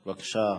בבקשה.